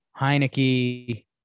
Heineke